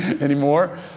anymore